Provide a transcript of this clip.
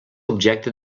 objecte